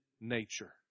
nature